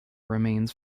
remains